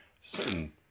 Certain